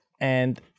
and-